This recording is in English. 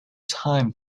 time